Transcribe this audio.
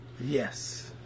Yes